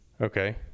Okay